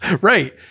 right